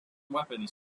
weapons